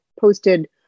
posted